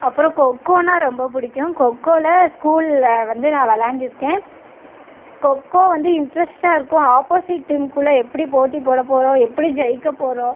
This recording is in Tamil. அப்புறம் கொக்கோனால் ரொம்ப பிடிக்கும் கொக்கோவில் ஸ்கூலில் வந்து நான் விளையாண்டு இருக்கேன் கொக்கோ வந்து இன்ட்ரஸ்ட்டாக இருக்கும் ஆப்போசிட் டீம்குள்ளே எப்படி போட்டி போட போகிறோம் எப்படி ஜெயிக்க போகிறோம்